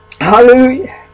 Hallelujah